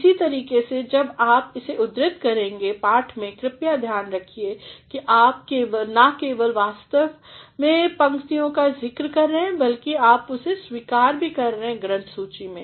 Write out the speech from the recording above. इसी तरीके से जब आप इसे उद्धृत करते हैं पाठ में कृपया ध्यान रखिए कि आप ना केवल वास्तव पंक्तियों का ज़िक्र कर रहे हैं बल्कि आप उसे स्वीकार भी करेंगे ग्रंथसूची में